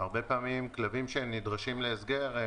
שהרבה פעמים כלבים שנדרשים להסגר,